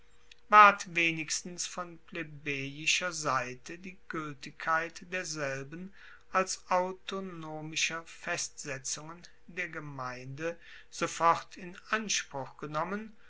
ward wenigstens von plebejischer seite die gueltigkeit derselben als autonomischer festsetzungen der gemeinde sofort in anspruch genommen